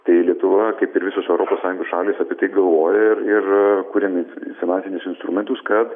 tai lietuva kaip ir visos europos sąjungos šalys apie tai galvoja ir ir kuriami finansinius instrumentus kad